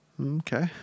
Okay